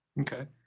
Okay